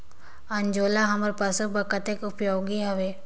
अंजोला हमर पशु बर कतेक उपयोगी हवे?